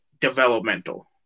developmental